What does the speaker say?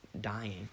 dying